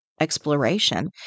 Exploration